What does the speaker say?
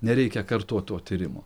nereikia kartot to tyrimo